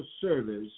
service